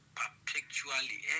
perpetually